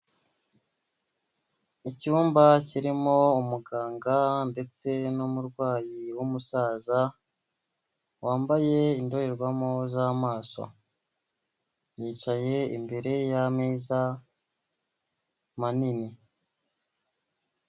Icyumba kirimo umuganga ndetse n'umurwayi w'umusaza wambaye indorerwamo z'amaso, yicaye imbere y'ameza manini.